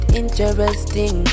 interesting